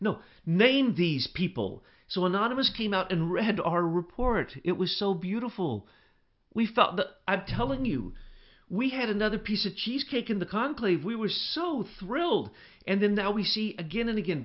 no name these people so anonymous came out and read our report it was so beautiful we felt at telling you we had another piece of cheesecake in the conclave we were so thrilled and then that we see again and again